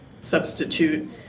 substitute